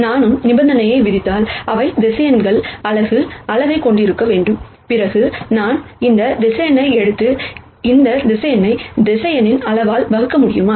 நானும் நிபந்தனையை விதித்தால் இவை வெக்டர்ஸ் யூனிட் மக்னிடுய்டு கொண்டிருக்க வேண்டும் பிறகு நான் இந்த வெக்டர்ஸ் எடுத்து இந்த வெக்டர்ஸ் மக்னிடுய்டு அளவால் வகுக்க முடியுமா